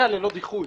זה ללא דיחוי.